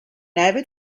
avid